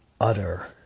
utter